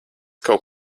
kaut